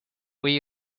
where